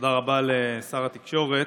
תודה רבה לשר התקשורת.